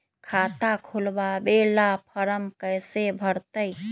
खाता खोलबाबे ला फरम कैसे भरतई?